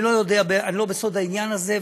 אני לא יודע, אני לא בסוד העניין הזה.